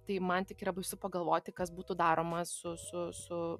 tai man tik yra baisu pagalvoti kas būtų daroma su su su